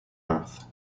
earth